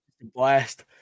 blast